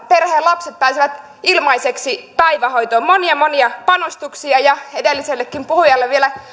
perheen lapset pääsevät ilmaiseksi päivähoitoon monia monia panostuksia ja edellisellekin puhujalle vielä